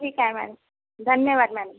ठीक आहे मॅडम धन्यवाद मॅडम